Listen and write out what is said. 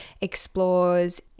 explores